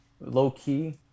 low-key